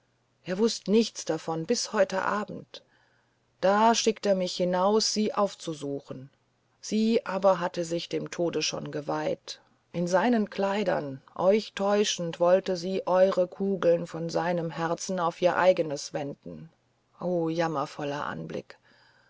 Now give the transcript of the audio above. er wußte nichts davon bis heute abend da schickt er mich hinaus sie aufzusuchen sie aber hatte sich dem tode schon geweiht in seinen kleidern euch täuschend wollte sie eure kugeln von seinem herzen auf ihr eigenes wenden o jammervoller anblick